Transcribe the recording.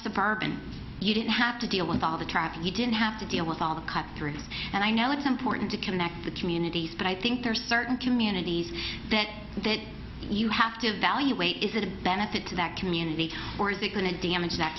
suburban you didn't have to deal with all the track you didn't have to deal with all the cuts through and i know it's important to connect the communities but i think there are certain communities that that you have to evaluate is it a benefit to that community or is it going to damage that